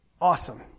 Awesome